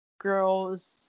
Girls